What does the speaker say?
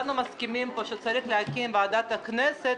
כולנו מסכימים פה שצריך להקים את ועדת הכנסת,